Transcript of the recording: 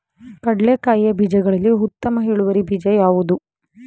ಕಡ್ಲೆಕಾಯಿಯ ಬೀಜಗಳಲ್ಲಿ ಉತ್ತಮ ಇಳುವರಿ ಬೀಜ ಯಾವುದು?